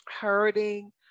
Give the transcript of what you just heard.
hurting